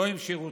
לא עם שירותים,